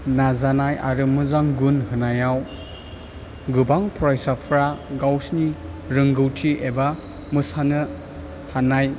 नाजानाय आरो मोजां गुन होनायाव गोबां फरायसाफ्रा गावसिनि रोंगौथि एबा मोसानो हानाय